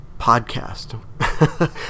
podcast